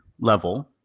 level